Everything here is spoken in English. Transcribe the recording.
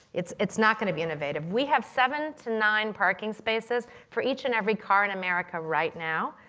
it's it's not going to be innovative. we have seven to nine parking spaces for each and every car in america right now.